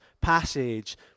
passage